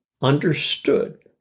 understood